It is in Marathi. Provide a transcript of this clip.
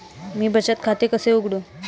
मी बचत खाते कसे उघडू?